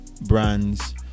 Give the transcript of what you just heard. brands